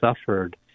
suffered